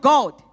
God